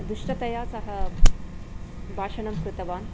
दुष्टतया सः भाषणं कृतवान्